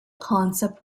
concept